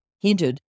hinted